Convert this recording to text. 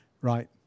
right